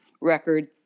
record